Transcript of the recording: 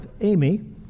Amy